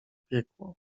piekło